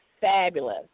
fabulous